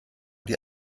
die